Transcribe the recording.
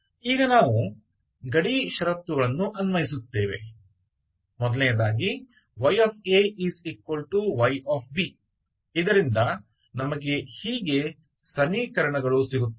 ಈಗ ನಾವು ಗಡಿ ಷರತ್ತುಗಳನ್ನು ಅನ್ವಯಿಸುತ್ತೇವೆ i yayb ಇದರಿಂದ ನಮಗೆ ಹೀಗೆ ಸಮೀಕರಣಗಳು ಸಿಗುತ್ತವೆ